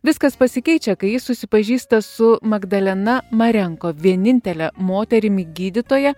viskas pasikeičia kai ji susipažįsta su magdalena marenko vienintele moterimi gydytoja